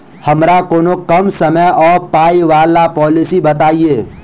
हमरा कोनो कम समय आ पाई वला पोलिसी बताई?